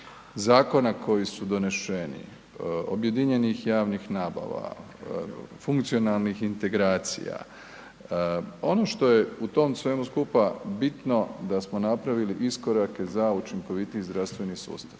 zakona koji su doneseni, objedinjenih javnih nabava, funkcionalnih integracija, ono što je u tom svemu skupa bitno da smo napravili iskorake za učinkovitiji zdravstveni sustav,